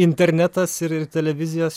internetas ir ir televizijos